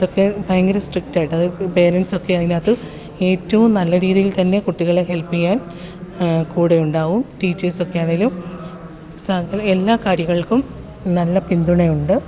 അതൊക്കെ ഭയങ്കര സ്ട്രിക്റ്റായിട്ട് അതായത് പാരൻസൊക്കെ അതിനകത്ത് ഏറ്റവും നല്ല രീതിയിൽ തന്നെ കുട്ടികളെ ഹെല്പ് ചെയ്യാൻ കൂടെയുണ്ടാവും ടീച്ചേഴ്സൊക്കെയാണേലും സാധാരണ എല്ലാ കാര്യങ്ങൾക്കും നല്ല പിന്തുണയുണ്ട്